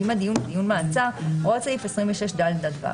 ואם הדיון הוא דיון מעצר - הוראות סעיף 26(ד) עד (ו).